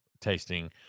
tasting